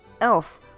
Elf